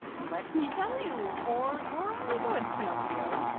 let me tell you, for your own good, pinocchio,